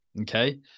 Okay